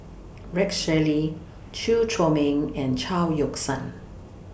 Rex Shelley Chew Chor Meng and Chao Yoke San